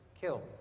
killed